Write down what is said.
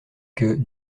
que